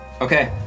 Okay